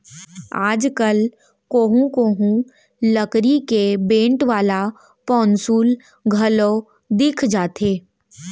आज कल कोहूँ कोहूँ लकरी के बेंट वाला पौंसुल घलौ दिख जाथे